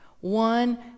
one